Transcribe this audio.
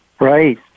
Right